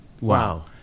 wow